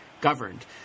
governed